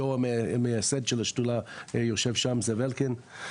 יו"ר, המייסד של השדולה, יושב שם, זאב אלקין.